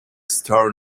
star